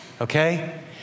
okay